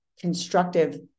constructive